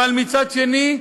ומצד שני,